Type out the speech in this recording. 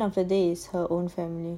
ya at the end of the day is her own family